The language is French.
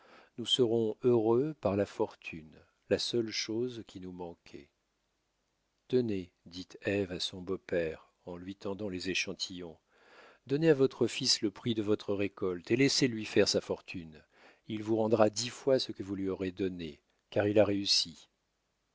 nous serons heureux par la fortune la seule chose qui nous manquait tenez dit ève à son beau-père en lui tendant les échantillons donnez à votre fils le prix de votre récolte et laissez-lui faire sa fortune il vous rendra dix fois ce que vous lui aurez donné car il a réussi